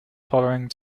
following